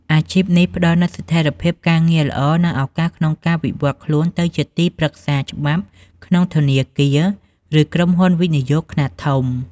អាជីពនេះផ្តល់នូវស្ថិរភាពការងារល្អ និងឱកាសក្នុងការវិវត្តខ្លួនទៅជាទីប្រឹក្សាច្បាប់ក្នុងធនាគារ ឬក្រុមហ៊ុនវិនិយោគខ្នាតធំ។